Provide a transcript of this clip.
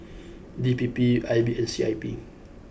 D P P I B and C I P